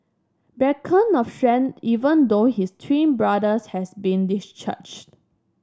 beacon of strength even though his twin brothers has been discharged